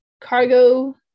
cargo